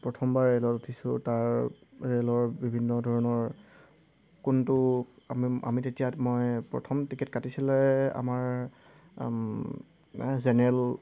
প্ৰথমবাৰ ৰে'লত উঠিছোঁ তাৰ ৰেলৰ বিভিন্ন ধৰণৰ কোনটো আমি আমি তেতিয়া মই প্ৰথম টিকেট কাটিছিলে আমাৰ এই জেনেৰেল